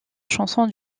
chansons